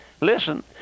Listen